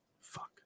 fuck